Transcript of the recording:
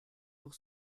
pour